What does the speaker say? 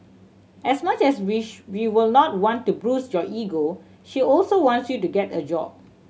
as much as we we would not want to bruise your ego she also wants you to get a job